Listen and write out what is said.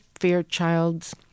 Fairchild's